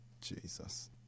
Jesus